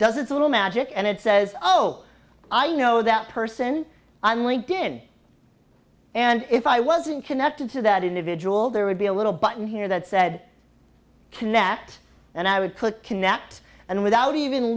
does its little magic and it says oh i know that person on linked in and if i wasn't connected to that individual there would be a little button here that said connect and i would put connect and without even